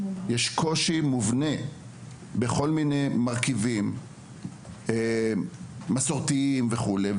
יש קושי מובנה בכל מיני מרכיבים מסורתיים וכולי.